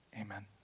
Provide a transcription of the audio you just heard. amen